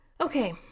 Okay